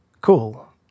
Cool